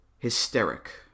Hysteric